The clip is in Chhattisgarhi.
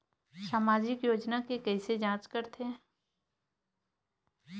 सामाजिक योजना के कइसे जांच करथे?